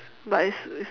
but it's it's